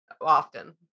often